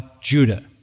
Judah